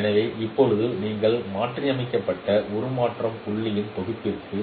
எனவே இப்போது நீங்கள் மாற்றியமைக்கப்பட்ட உருமாறும் புள்ளிகளின் தொகுப்பிற்கு